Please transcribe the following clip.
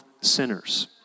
sinners